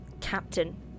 captain